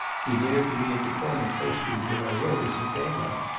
he dared to be at the corner close to the villa rose at daylight.